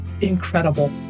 incredible